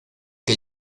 que